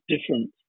different